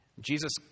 Jesus